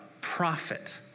prophet